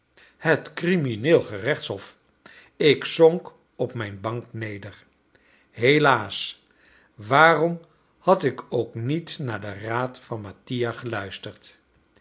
het crimineel gerechtshof ik zonk op mijn bank neder helaas waarom had ik ook niet naar den raad van mattia geluisterd